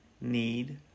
need